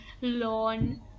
lawn